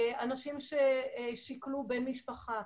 אנשים ששכלו בן משפחה.